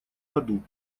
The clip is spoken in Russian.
году